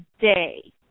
day